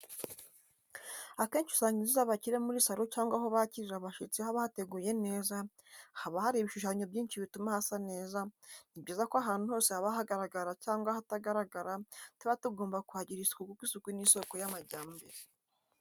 Akenshi usanga inzu z'abakire muri saro cyangwa aho bakirira abashyitsi haba hateguye neza, haba hari ibishushanyo byinshi bituma hasa neza, ni byiza ko ahantu hose haba ahagaragara cyangwa ahatagaragara tuba tugomba kuhagirira isuku kuko isuku ni isoko y'amajyambere.